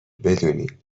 بدونین